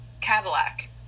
Cadillac